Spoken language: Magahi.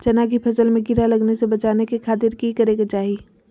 चना की फसल में कीड़ा लगने से बचाने के खातिर की करे के चाही?